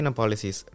policies